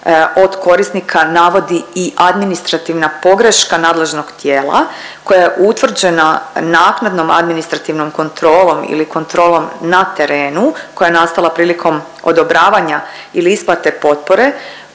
od korisnika navodi i administrativna pogreška nadležnog tijela koja je utvrđena naknadnom administrativnom kontrolom ili kontrolom na terenu koja je nastala prilikom odobravanja ili isplate potpore,